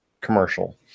commercial